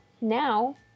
now